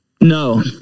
No